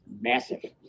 Massive